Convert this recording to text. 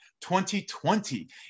2020